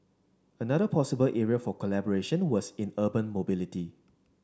another possible area for collaboration was in urban mobility